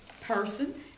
person